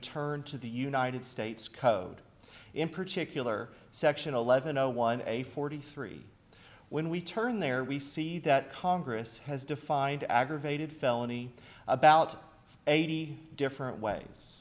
turn to the united states code in particular section eleven zero one a forty three when we turn there we see that congress has defined aggravated felony about eighty different ways